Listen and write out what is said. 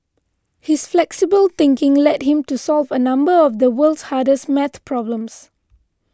his flexible thinking led him to solve a number of the world's hardest maths problems